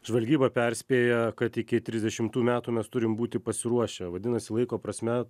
žvalgyba perspėja kad iki trisdešimų metų mes turim būti pasiruošę vadinasi laiko prasme